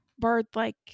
bird-like